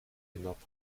hinab